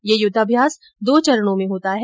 ये युद्वाभ्यास दो चरणों मे होता है